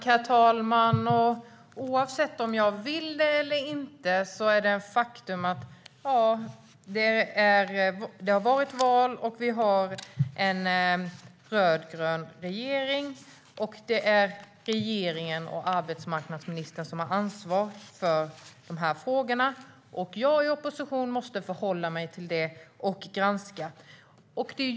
Herr talman! Oavsett om jag vill det eller inte är faktum att det har varit val och regeringen är rödgrön. Det är regeringen och arbetsmarknadsministern som har ansvar för frågorna. Jag i opposition måste förhålla mig till det och granska.